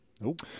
Nope